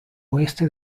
oeste